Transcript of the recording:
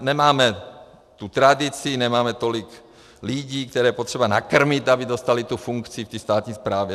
Nemáme tu tradici, nemáme tolik lidí, které je potřeba nakrmit, aby dostali tu funkci ve státní správě.